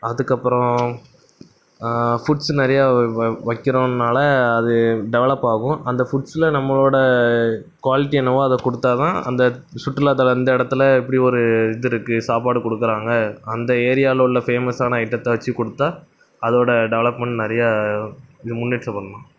அதுக்கப்புறம் ஃபுட்ஸ் நிறையா வைக்கிறோன்னால அது டெவலப் ஆகும் அந்த ஃபுட்ஸில் நம்மளோடய குவாலிட்டி என்னவோ அதை குடுத்தால் தான் அந்த சுற்றுலாக்கு வந்த இடத்துல இப்படி ஒரு இது இருக்குது சாப்பாடு கொடுக்கறாங்க அந்த ஏரியாவில் உள்ள ஃபேமஸ்ஸான ஐட்டத்தை வச்சு கொடுத்தா அதோடய டெவலப்மெண்ட் நிறையா இது முன்னேற்றம் பண்ணலாம்